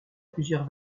plusieurs